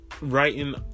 writing